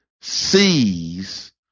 sees